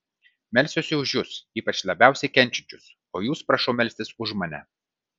melsiuosi už jus ypač labiausiai kenčiančius o jūs prašau melstis už mane